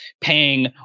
paying